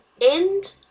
End